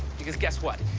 because guess what?